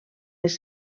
les